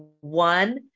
one